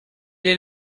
est